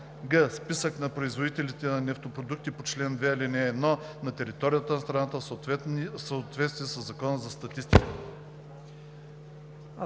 г) списък на производителите на нефтопродукти по чл. 2, ал. 1 на територията на страната в съответствие със Закона за статистиката.“